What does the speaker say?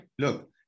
Look